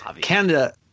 Canada